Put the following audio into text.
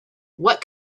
what